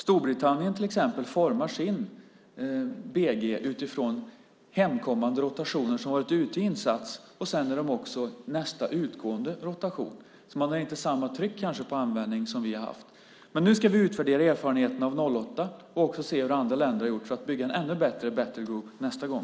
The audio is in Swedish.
Storbritannien formar sin BG utifrån hemkommande rotationer som har varit ute på insats. Sedan är de också nästa utgående rotation. Man har kanske inte samma tryck på användning som vi har haft. Nu ska vi utvärdera erfarenheterna av 2008 och också se hur andra länder har gjort, för att bygga en ännu bättre battlegroup nästa gång.